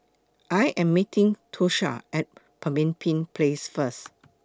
I Am meeting Tosha At Pemimpin Place First